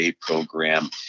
program